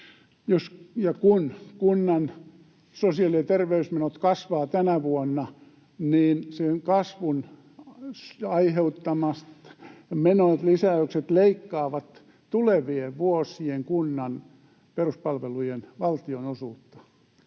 kun kunnan sosiaali- ja terveysmenot kasvavat tänä vuonna, niin sen kasvun aiheuttamat menolisäykset leikkaavat tulevien vuosien kunnan peruspalvelujen valtionosuutta.